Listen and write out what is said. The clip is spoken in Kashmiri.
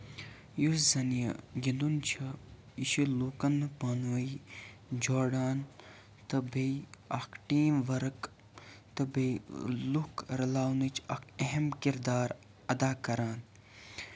یُس زَن یہِ گِنٛدُن چھُ یہِ چھُ لوٗکن پانہٕ ؤنۍ جوڑان تہٕ بیٚیہِ اکھ ٹیٖم ؤرٕک تہٕ بیٚیہِ لُکھ رَلاونٕچ اکھ أہم کِردار اَدا کران